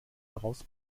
daraus